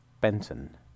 Benton